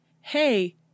hey